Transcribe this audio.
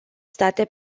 state